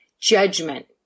judgment